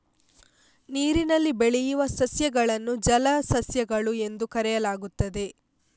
ನೀರಿನಲ್ಲಿ ಬೆಳೆಯುವ ಸಸ್ಯಗಳನ್ನು ಜಲಸಸ್ಯಗಳು ಎಂದು ಕರೆಯಲಾಗುತ್ತದೆ